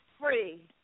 free